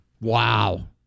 Wow